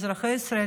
אזרחי ישראל,